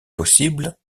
possibles